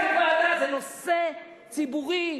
זה נושא ציבורי,